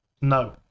No